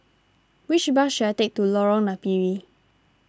which bus should I take to Lorong Napiri